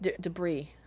debris